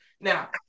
Now